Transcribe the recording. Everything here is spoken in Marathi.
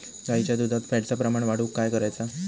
गाईच्या दुधात फॅटचा प्रमाण वाढवुक काय करायचा?